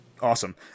awesome